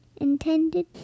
intended